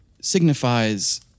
signifies